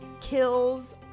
kills